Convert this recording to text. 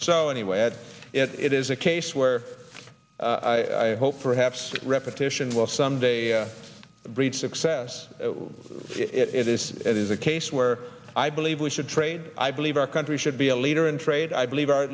so anyway that it is a case where i hope for haps repetition will someday breed success it is it is a case where i believe we should trade i believe our country should be a leader in trade i believe our